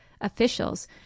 officials